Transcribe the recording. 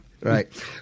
Right